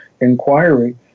inquiry